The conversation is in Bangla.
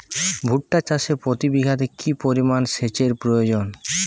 ভুট্টা চাষে প্রতি বিঘাতে কি পরিমান সেচের প্রয়োজন?